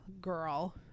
girl